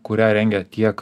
kurią rengia tiek